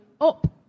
Up